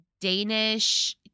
Danish